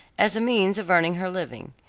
as a means of earning her living.